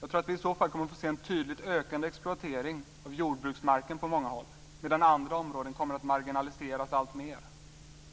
Jag tror att vi i så fall kommer att få se en tydligt ökande exploatering av jordbruksmark på många håll, medan andra områden kommer att marginaliseras alltmer.